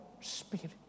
spirit